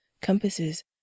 compasses